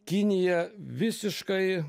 kinija visiškai